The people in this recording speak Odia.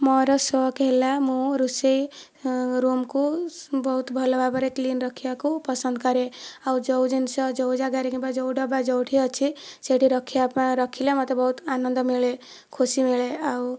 ମୋର ସଉକ ହେଲା ମୁଁ ରୋଷେଇ ରୁମକୁ ବହୁତ ଭଲ ଭାବରେ କ୍ଲିନ ରଖିବାକୁ ପସନ୍ଦ କରେ ଆଉ ଯେଉଁ ଜିନିଷ ଯେଉଁ ଜାଗାରେ କିମ୍ବା ଯେଉଁ ଡବା ଯେଉଁଠି ଅଛି ସେଇଠି ରଖିଲେ ମୋତେ ବହୁତ ଆନନ୍ଦ ମିଳେ ଖୁସି ମିଳେ ଆଉ